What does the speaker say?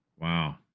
Wow